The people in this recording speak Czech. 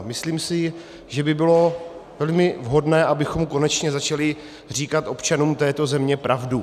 Myslím si, že by bylo velmi vhodné, abychom konečně začali říkat občanům této země pravdu.